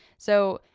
so,